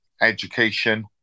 education